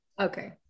Okay